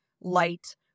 light